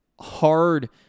hard